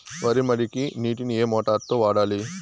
వరి మడికి నీటిని ఏ మోటారు తో వాడాలి?